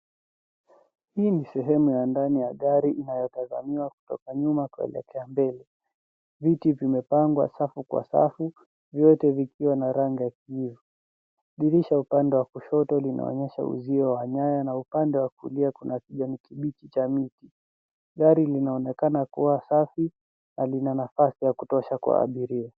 Hii ni sehemu ya ndani ya gari inayotazamiwa kutoka nyuma kuelekea mbele. Viti vimepangwa safu kwa safu, vyote vikiwa na rangi ya kijivu. Dirisha upande wa kushoto linaonyesha uzio wa nyaya na upande wa kulia kuna kijani kibichi cha miti. Gari linaonekana kuwa safi na lina nafasi ya kutosha kwa abiria.